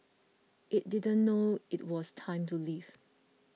it didn't know it was time to leave